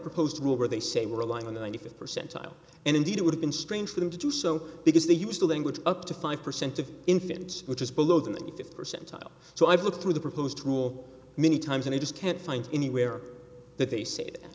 proposed rule where they say we're relying on the ninety fifth percentile and indeed it would have been strange for them to do so because they use the language up to five percent of infants which is below them if percentile so i've looked through the proposed rule many times and i just can't find anywhere that they say that